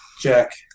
Jack